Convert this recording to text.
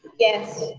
yes.